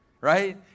right